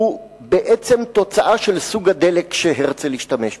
הוא בעצם תוצאה של סוג הדלק שהרצל השתמש בו.